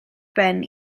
ben